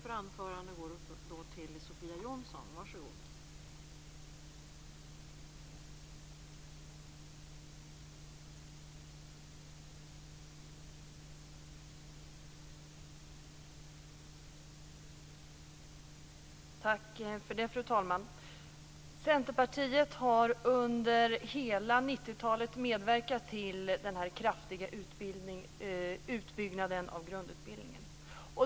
Fru talman! Centerpartiet har under hela 90-talet medverkat till den kraftiga utbyggnaden av grundutbildningen.